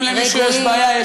אם למישהו יש בעיה,